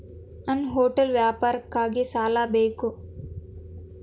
ನನ್ನ ಹೋಟೆಲ್ ವ್ಯಾಪಾರಕ್ಕಾಗಿ ಸಾಲ ಬೇಕು